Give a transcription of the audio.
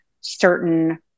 certain